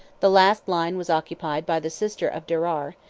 the last line was occupied by the sister of derar,